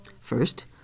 First